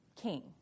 king